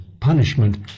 punishment